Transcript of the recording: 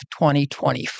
2024